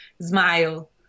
smile